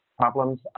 problems